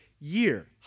Year